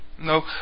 No